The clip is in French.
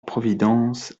providence